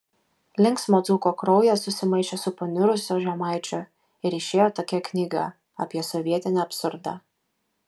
linksmo dzūko kraujas susimaišė su paniurusio žemaičio ir išėjo tokia knyga apie sovietinį absurdą